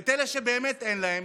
את אלה שבאמת אין להם,